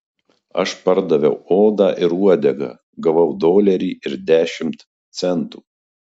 aš pardaviau odą ir uodegą gavau dolerį ir dešimt centų